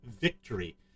victory